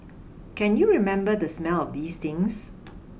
can you remember the smell of these things